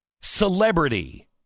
Celebrity